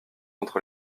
entre